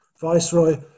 viceroy